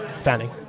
Fanning